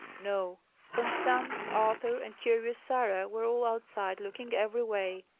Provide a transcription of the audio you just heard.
no constance, arthur, and curious sarah, were all outside, looking every way.